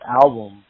album